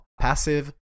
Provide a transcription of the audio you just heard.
passive